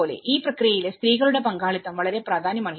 ഈ പ്രക്രിയയിൽ സ്ത്രീകളുടെ പങ്കാളിത്തം വളരെ പ്രാധാന്യമർഹിക്കുന്നു